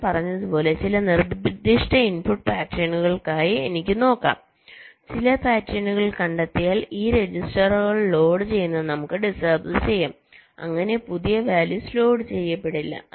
ഞാൻ പറഞ്ഞതുപോലെ ചില നിർദ്ദിഷ്ട ഇൻപുട്ട് പാറ്റേണുകൾക്കായി എനിക്ക് നോക്കാം ചില പാറ്റേണുകൾ കണ്ടെത്തിയാൽ ഈ രജിസ്റ്ററുകൾ ലോഡ് ചെയ്യുന്നത് നമുക്ക് ഡിസേബിൾ ചെയ്യാം അങ്ങനെ പുതിയ വാല്യൂസ് ലോഡ് ചെയ്യപ്പെടില്ല